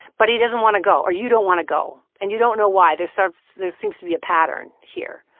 but he doesn't want to go. you don't want to go, and you don't know why. there sort of there seems to be a pattern here.